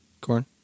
corn